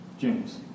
James